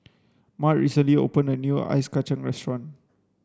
mart recently opened a new ice kachang restaurant